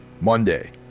Monday